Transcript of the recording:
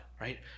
Right